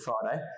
Friday